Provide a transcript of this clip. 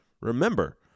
remember